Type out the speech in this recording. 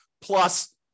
plus